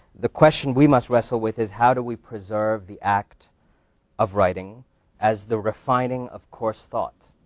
the question we must wrestle with is, how do we preserve the act of writing as the refining of coarse thought